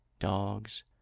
Dogs